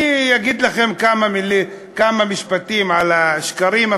אני אגיד לכם כמה משפטים על השקרים.